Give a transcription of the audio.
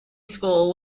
school